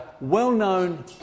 well-known